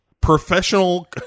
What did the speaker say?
Professional